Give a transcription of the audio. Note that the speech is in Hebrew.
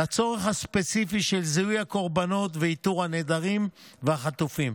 לצורך הספציפי של זיהוי הקורבנות ואיתור הנעדרים והחטופים.